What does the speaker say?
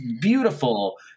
beautiful